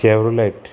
Chevrolet